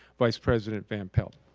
vice president van pelt.